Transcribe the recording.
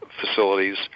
facilities